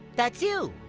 that's you!